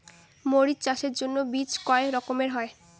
মরিচ চাষের জন্য বীজ কয় রকমের হয়?